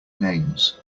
names